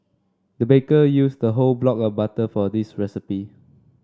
the baker used the whole block of butter for this recipe